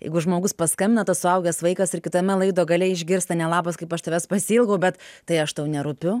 jeigu žmogus paskambina tas suaugęs vaikas ir kitame laido gale išgirsta ne labas kaip aš tavęs pasiilgau bet tai aš tau nerūpiu